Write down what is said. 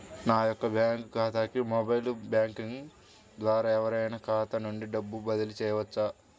నా యొక్క బ్యాంక్ ఖాతాకి మొబైల్ బ్యాంకింగ్ ద్వారా ఎవరైనా ఖాతా నుండి డబ్బు బదిలీ చేయవచ్చా?